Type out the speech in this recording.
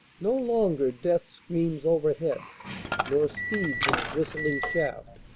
no longer death screams overhead nor speeds its whistling shaft.